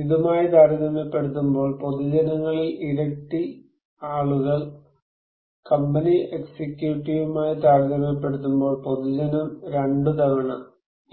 ഇതുമായി താരതമ്യപ്പെടുത്തുമ്പോൾ പൊതുജനങ്ങളിൽ ഇരട്ടി ആളുകൾ കമ്പനി എക്സിക്യൂട്ടീവുമായി താരതമ്യപ്പെടുത്തുമ്പോൾ പൊതുജനം രണ്ടുതവണ